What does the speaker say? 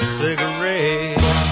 cigarette